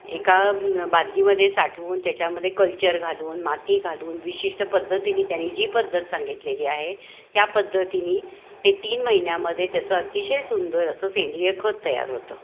एका बादलीमध्ये साठवून त्याच्यामध्ये कल्चर घालून माती घालून विशिष्ट पद्धतीने त्यांनी जी पद्धत सांगितलेली आहे त्या पद्धतीने ते तीन महिन्यामध्ये त्याचं अतिशय सुंदर असं सेंद्रिय खत तयार होतं